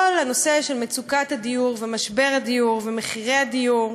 כל הנושא של מצוקת הדיור ומשבר הדיור ומחירי הדיור.